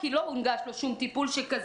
כי לא הונגש לו שום טיפול שכזה,